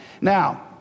Now